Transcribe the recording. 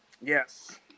Yes